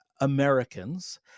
americans